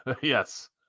Yes